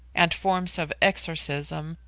and forms of exorcism,